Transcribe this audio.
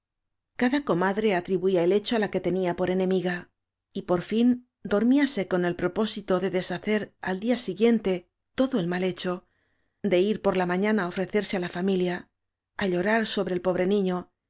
cada comadre atribuía el hecho á la que tenía por enemiga y por fin dormíase con él pro pósito de deshacer al día siguiente todo el mal hecho de ir por la mañana á ofrecerse á la familia á llorar sobre el pobre niño